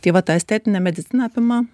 tai va ta estetinė medicina apima